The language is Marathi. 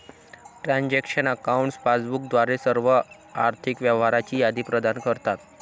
ट्रान्झॅक्शन अकाउंट्स पासबुक द्वारे सर्व आर्थिक व्यवहारांची यादी प्रदान करतात